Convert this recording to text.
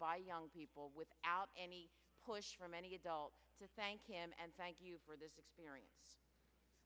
by young people without any push from any adult to thank him and thank you for this experience